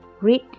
Read